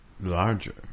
Larger